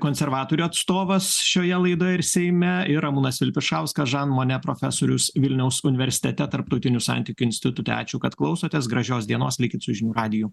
konservatorių atstovas šioje laidoje ir seime ir ramūnas vilpišauskas žanmone profesorius vilniaus universitete tarptautinių santykių institute ačiū kad klausotės gražios dienos likit su žinių radiju